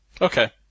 Okay